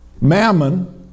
mammon